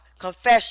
confession